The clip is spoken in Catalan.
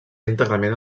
íntegrament